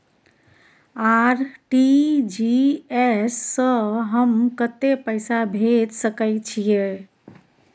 RTG S स हम कत्ते पैसा भेज सकै छीयै?